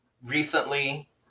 recently